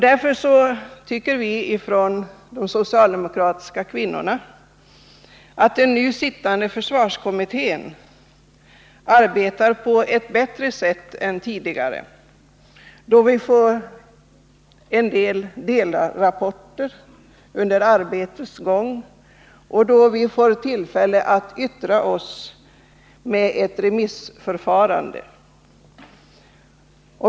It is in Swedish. Därför tycker vi socialdemokratiska kvinnor att den nuvarande försvarskommittén arbetar på ett bättre sätt än den tidigare: Vi får delrapporter under arbetets gång, och vi får tillfälle att yttra oss genom ett remissförfarande.